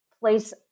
place